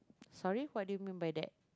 sorry what did you mean by that